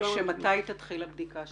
מתי תתחיל הבדיקה שלהם?